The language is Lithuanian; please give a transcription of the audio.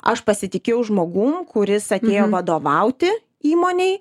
aš pasitikėjau žmogum kuris atėjo vadovauti įmonei